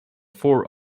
four